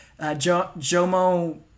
Jomo